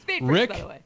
Rick